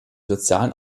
sozialen